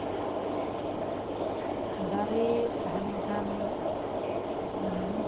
ᱫᱟᱨᱮ ᱛᱟᱦᱮᱸᱞᱮᱱᱠᱷᱟᱱ